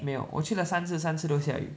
没有我去了三次三次都下雨